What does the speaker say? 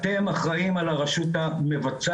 אתם אחראים על הרשות המבצעת,